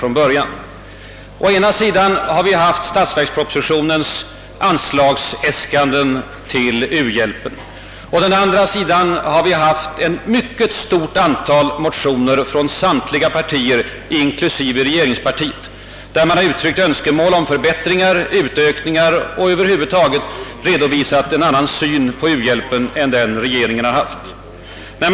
Å ena sidan har vi haft statsverkspropositionens anslagsäskanden till u-hjälpen och å andra sidan ett mycket stort antal motioner från samtliga partier, alltså även från regeringspartiet, i vilka man uttryckt önskemål om förbättringar och ökade anslag samt över huvud taget redovisat en annan syn på u-hjälpen än regeringens. När.